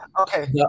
Okay